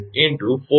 તેથી 𝐹 1